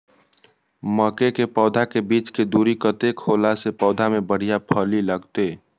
मके के पौधा के बीच के दूरी कतेक होला से पौधा में बढ़िया फली लगते?